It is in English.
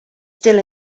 still